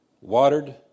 watered